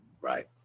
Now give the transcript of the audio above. Right